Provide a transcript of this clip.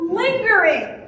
lingering